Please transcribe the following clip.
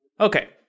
Okay